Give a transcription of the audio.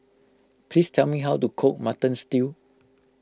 please tell me how to cook Mutton Stew